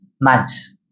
months